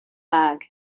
bag